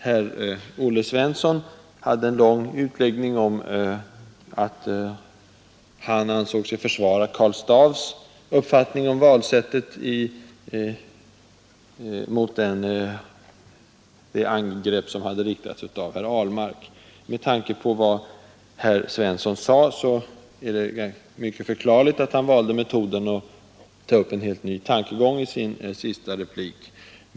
Herr Svensson i Eskilstuna gjorde en lång utläggning om att han ansåg sig försvara Karl Staaffs uppfattning om valsättet mot herr Ahlmark. Med tanke på vad herr Svensson sade, är det mycket förklarligt att han valde metoden att ta upp en helt ny tankegång i sin sista replik.